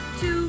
two